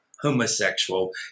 homosexual